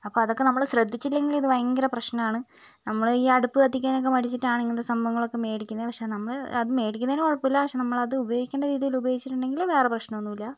അപ്പോൾ അതൊക്കെ നമ്മൾ ശ്രദ്ധിച്ചില്ലെങ്കിൽ ഇത് ഭയങ്കര പ്രശ്നമാണ് നമ്മളെ ഈ അടുപ്പ് കത്തിക്കാനൊക്കെ മടിച്ചിട്ടാണ് ഇങ്ങനത്തെ സംഭവങ്ങളൊക്കെ മേടിക്കുന്നത് പക്ഷേ നമ്മൾ അത് മേടിക്കുന്നതിന് കൊഴപ്പമില്ല പക്ഷേ നമ്മൾ അത് ഉപയോഗിക്കേണ്ട രീതിയിൽ ഉപയോഗിച്ചിട്ടുണ്ടെങ്കിൽ വേറെ പ്രശ്നമൊന്നുമില്ല